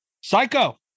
psycho